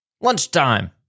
lunchtime